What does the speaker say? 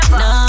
no